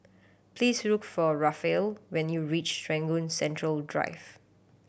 please look for Raphael when you reach Serangoon Central Drive